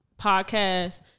podcast